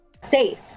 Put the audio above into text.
Safe